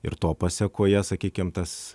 ir to pasekoje sakykim tas